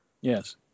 Yes